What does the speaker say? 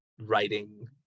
writing